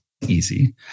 easy